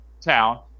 town